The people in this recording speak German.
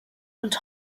und